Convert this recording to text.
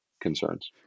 concerns